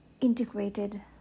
integrated